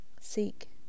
seek